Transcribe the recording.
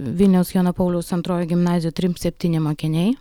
vilniaus jono pauliaus antrojoj gimnazijoj trim septyni mokiniai